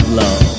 love